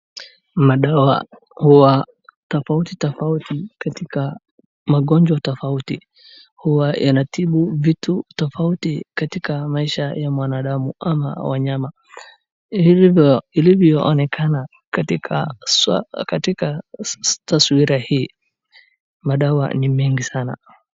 Madawa huwa tofauti tofauti katika magonjwa tofauti. Huwa yanatibu vitu tofauti katika maisha ya mwanadamu ama wanyama. Ilivyoonekana katika katika taswira hii, madawa ni mengi sana.